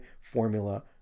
formula